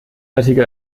artikel